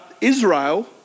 Israel